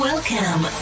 Welcome